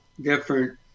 different